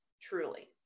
Truly